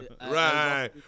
right